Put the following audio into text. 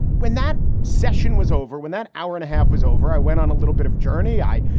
when that session was over, when that hour and a half was over, i went on a little bit of journey. i,